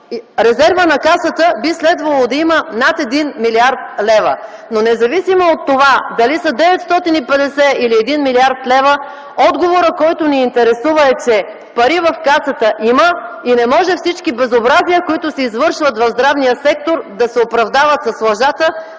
резерва на Касата би следвало да има над 1 млрд. лв., но независимо от това дали са 950 милиона или 1 млрд. лв. отговорът, който ни интересува, е, че пари в Касата има и не може всички безобразия, които се извършват в здравния сектор, да се оправдават с лъжата,